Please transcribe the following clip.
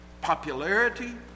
Popularity